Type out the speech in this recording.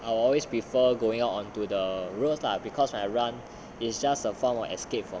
I always prefer going out onto the roads lah because when I run is just a form of escape from